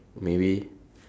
maybe